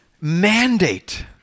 mandate